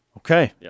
Okay